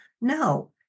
No